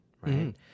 right